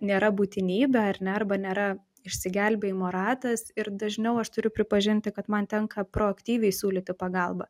nėra būtinybė ar ne arba nėra išsigelbėjimo ratas ir dažniau aš turiu pripažinti kad man tenka proaktyviai siūlyti pagalbą